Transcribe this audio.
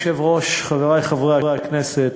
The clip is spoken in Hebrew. אדוני היושב-ראש, חברי חברי הכנסת,